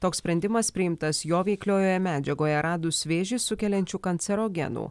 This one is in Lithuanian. toks sprendimas priimtas jo veikliojoje medžiagoje radus vėžį sukeliančių kancerogenų